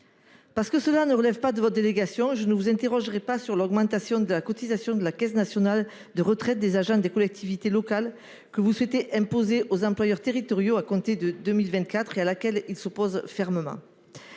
Parce que cela ne relève pas de votre délégation, je ne vous interrogerai pas sur l'augmentation de la cotisation à la Caisse nationale de retraite des agents des collectivités locales (CNRACL), que vous souhaitez imposer aux employeurs territoriaux à compter de 2024 et à laquelle ils s'opposent fermement.